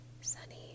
sunny